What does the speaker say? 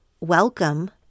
welcome